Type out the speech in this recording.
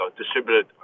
distributed